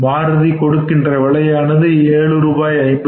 மாருதி கொடுக்கக்கூடிய விலையானது ரூபாய் 7